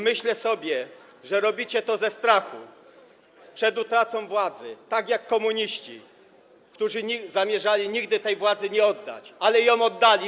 Myślę sobie, że robicie to ze strachu przed utratą władzy, tak jak komuniści, którzy zamierzali nigdy tej władzy nie oddać, ale ją oddali.